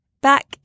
Back